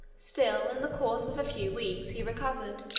still, in the course of a few weeks he recovered.